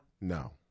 No